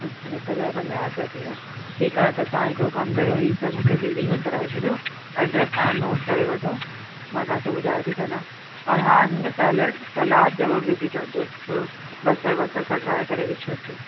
अछा हिकु हज़ार पंजाहु रुपिया थी विया ठीकु आहे त तव्हां हिकिड़ो कमु कयो इहे सभु मूंखे डिलेवर कराए छॾियो एड्रैस तव्हां नोट करे वठो मां तव्हांखे ॿुधाए थी छॾां ओर हा हुन में सैलेड सलाद ज़रूर विझी छॾिजो थोरो बसरी वसरी कटाए करे विझी छॾिजो